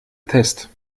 test